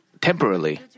temporarily